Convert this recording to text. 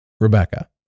Rebecca